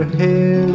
hair